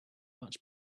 much